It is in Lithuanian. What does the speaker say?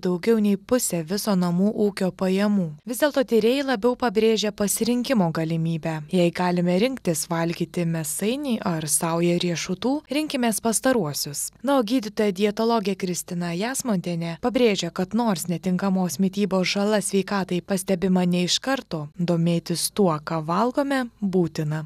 daugiau nei pusę viso namų ūkio pajamų vis dėlto tyrėjai labiau pabrėžia pasirinkimo galimybę jei galime rinktis valgyti mėsainį ar saują riešutų rinkimės pastaruosius na o gydytoja dietologė kristina jasmontienė pabrėžia kad nors netinkamos mitybos žala sveikatai pastebima ne iš karto domėtis tuo ką valgome būtina